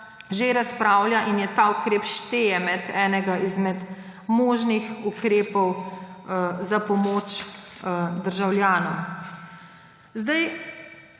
že razpravlja in ta ukrep šteje med enega izmed možnih ukrepov za pomoč državljanom. Da